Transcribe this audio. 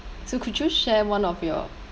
so could you share one of your